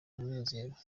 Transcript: umunezero